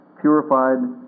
purified